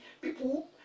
People